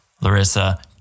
Larissa